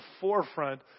forefront